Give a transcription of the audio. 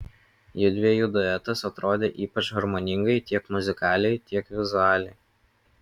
judviejų duetas atrodė ypač harmoningai tiek muzikaliai tiek vizualiai